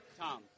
Tom